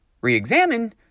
re-examine